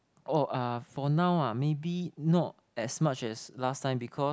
oh uh for now ah maybe not as much as last time because